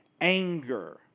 anger